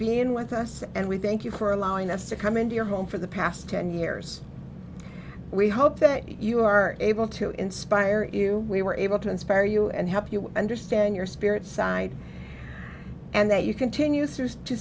being with us and we thank you for allowing us to come into your home for the past ten years we hope that you are able to inspire in we were able to inspire you and help you understand your spirit side and that you continue t